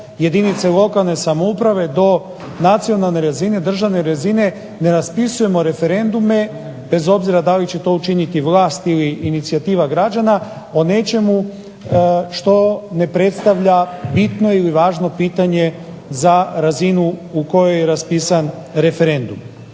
jedinica lokalne samouprave, do nacionalne razine, državne razine ne raspisujemo referendume bez obzira da li će to učiniti vlast ili inicijativa građana o nečemu što ne predstavlja bitno ili važno pitanje za razinu kojoj je raspisan referendum.